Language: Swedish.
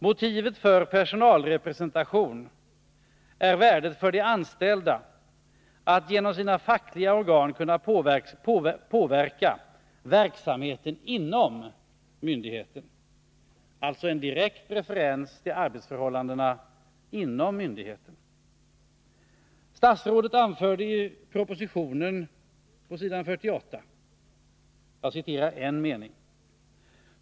”Motivet för personalrepresentation är värdet för de anställda att genom sina fackliga organ kunna påverka verksamheten inom myndigheten.” Detta är alltså en direkt referens till arbetsförhållandena inom myndigheten.